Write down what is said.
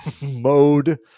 mode